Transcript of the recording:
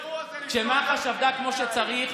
כשמח"ש עבדה כמו שצריך,